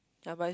ya but it's